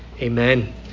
Amen